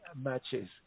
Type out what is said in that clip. matches